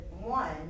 one